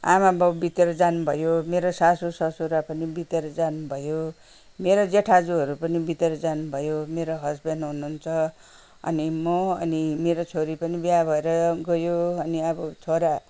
आमा बाउ बितेर जानुभयो मरो सासु ससुरा पनि बितेर जानुभयो मेरो जेठाजुहरू पनि बितेर जानुभयो मेरो हसबेन्ड हुनुहुन्छ अनि म अनि मेरो छोरी पनि बिहा भएर गयो अनि अब छोरा